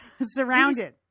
Surrounded